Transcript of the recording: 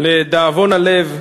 לדאבון הלב,